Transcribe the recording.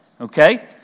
Okay